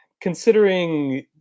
considering